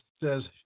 says